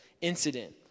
incident